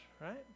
right